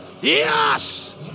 yes